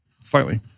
slightly